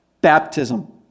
baptism